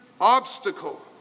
obstacle